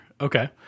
okay